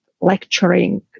lecturing